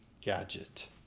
gadget